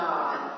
God